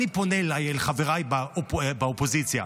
אני פונה לחבריי באופוזיציה.